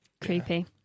Creepy